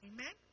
Amen